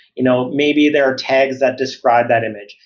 you know maybe there are tags that describe that image,